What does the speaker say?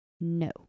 no